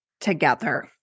together